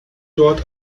dort